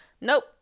nope